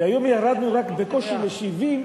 והיום ירדנו ל-70 בקושי,